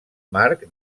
marc